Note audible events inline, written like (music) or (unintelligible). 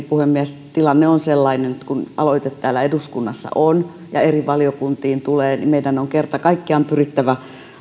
(unintelligible) puhemies tilanne on sellainen nyt kun aloite täällä eduskunnassa on ja eri valiokuntiin tulee että meidän on kerta kaikkiaan pyrittävä